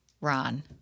Ron